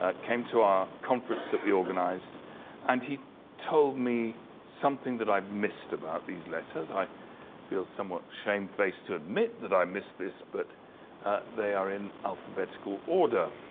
ah came to our conference that we organized and he told me something that i've missed about these letters. i feel somewhat shame-faced to admit that i missed this but they are in alphabetical order.